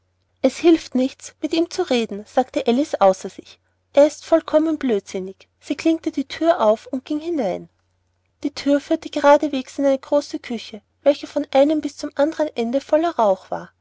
es hilft zu nichts mit ihm zu reden sagte alice außer sich er ist vollkommen blödsinnig sie klinkte die thür auf und ging hinein die thür führte geradewegs in eine große küche welche von einem ende bis zum andern voller rauch war